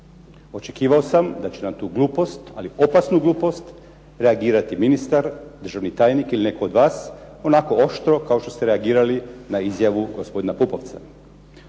Očekivao sam da će na tu glupost, ali opasnu glupost, reagirati ministar, državni tajnik ili netko od vas, onako oštro kao što ste reagirali na izjavu gospodina Pupovca.